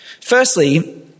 Firstly